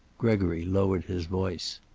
gregory lowered his voice.